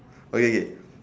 okay K